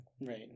Right